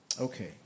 okay